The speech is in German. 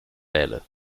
wähle